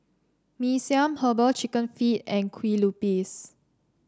Mee Siam Herbal Chicken Feet and Kueh Lupis